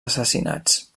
assassinats